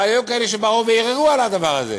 אבל היו כאלה שבאו וערערו על הדבר הזה.